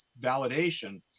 validation